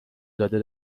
داده